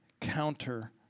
counter